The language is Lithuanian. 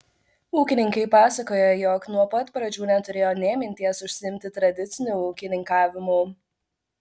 ūkininkai pasakoja jog nuo pat pradžių neturėjo nė minties užsiimti tradiciniu ūkininkavimu